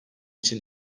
için